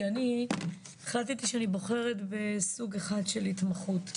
כי אני החלטתי שאני בוחרת בסוג אחד של התמחות,